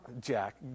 Jack